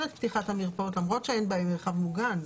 את פתיחת המרפאות למרות שאין בהן מרחב מוגן.